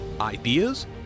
Ideas